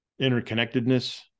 interconnectedness